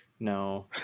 No